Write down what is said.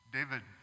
David